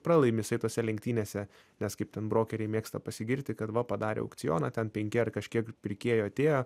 pralaimi jisai tose lenktynėse nes kaip ten brokeriai mėgsta pasigirti kad va padarė aukcioną ten penki ar kažkiek pirkėjų atėjo